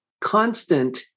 constant